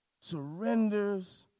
surrenders